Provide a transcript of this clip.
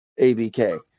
ABK